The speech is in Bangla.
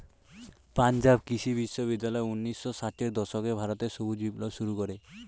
পাঞ্জাব কৃষি বিশ্ববিদ্যালয় ঊন্নিশো ষাটের দশকে ভারতে সবুজ বিপ্লব শুরু করে